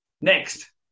next